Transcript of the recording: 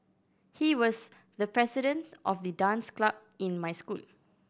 he was the president of the dance club in my school